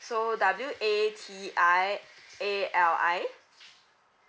so W A T I A L I